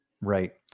Right